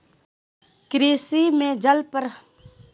कृषि में बरसाती मौसम में जल प्रबंधन कैसे करे हैय?